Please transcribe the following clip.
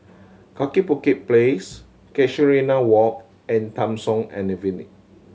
Kaki Bukit Place Casuarina Walk and Tham Soong